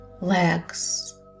legs